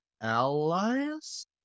allies